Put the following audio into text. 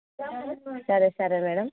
సరే సరే మ్యాడమ్